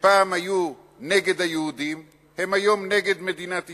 שפעם היו נגד היהודים, היום הם נגד מדינת ישראל.